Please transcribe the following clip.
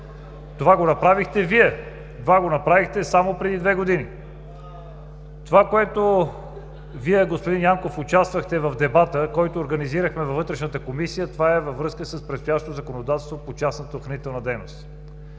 агресивни лица. Това го направихте Вие само преди две години. Вие, господин Янков, участвахте в дебата, който организирахме във Вътрешната комисия, във връзка с предстоящото законодателство по частната охранителна дейност.